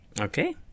Okay